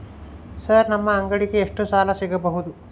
Sir ನಮ್ಮ ಅಂಗಡಿಗೆ ಎಷ್ಟು ಸಾಲ ಸಿಗಬಹುದು?